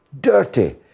dirty